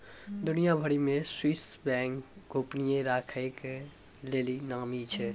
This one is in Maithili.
दुनिया भरि मे स्वीश बैंक गोपनीयता राखै के लेली नामी छै